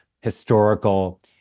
historical